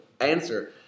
answer